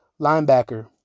linebacker